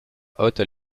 haute